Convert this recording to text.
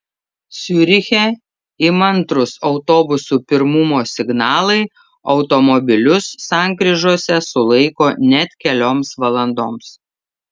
ciuriche įmantrūs autobusų pirmumo signalai automobilius sankryžose sulaiko net kelioms valandoms